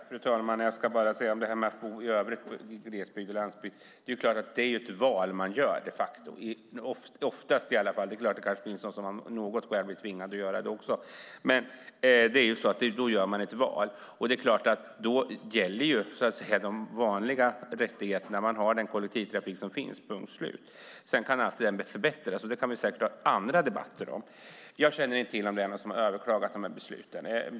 Fru talman! När det gäller frågan om att bo i glesbygd och på landsbygd är det oftast ett val man gör, även om det kan finnas de som blir tvingade. Man har de vanliga rättigheterna. Man har den kollektivtrafik som finns. Den kan alltid förbättras; det kan vi ha andra debatter om. Jag känner inte till något fall där man har överklagat beslutet.